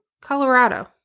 Colorado